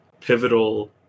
pivotal